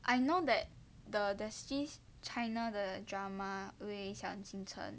I know that the there's this China 的 drama 微微一笑很倾城